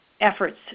efforts